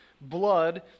blood